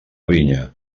vinya